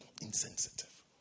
Insensitive